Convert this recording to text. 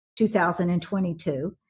2022